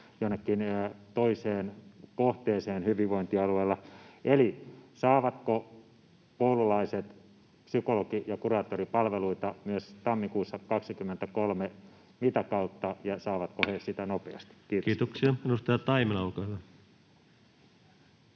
jonnekin toiseen kohteeseen hyvinvointialueella. Eli saavatko koululaiset psykologi- ja kuraattoripalveluita myös tammikuussa 23, mitä kautta, ja saavatko he sitä nopeasti? — Kiitos. Kiitoksia. — Edustaja Taimela, olkaa hyvä.